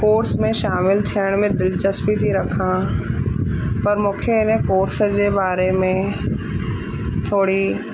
course में शामिलु थियण में दिलिचस्पी थी रखां पर मूंखे हिन कोर्स जे बारे में थोरी